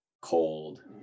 cold